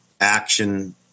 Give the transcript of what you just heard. action